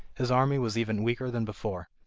his army was even weaker than before.